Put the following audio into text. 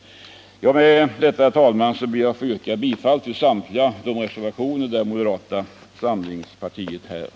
Med detta, herr talman, ber jag att få yrka bifall till samtliga de reservationer där moderata samlingspartiet medverkar.